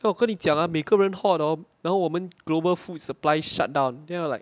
要跟你讲啊每个人 hog hor 然后我们 global food supply shutdown then I'm like